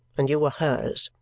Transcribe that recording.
and you were hers.